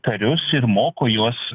karius ir moko juos